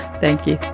thank you